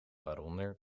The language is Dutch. waaronder